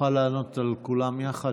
תוכל לענות על כולן יחד.